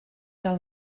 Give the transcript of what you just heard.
del